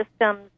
systems